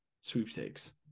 sweepstakes